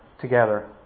together